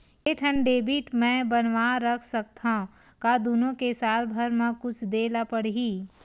के ठन डेबिट मैं बनवा रख सकथव? का दुनो के साल भर मा कुछ दे ला पड़ही?